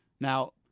Now